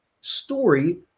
story